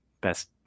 Best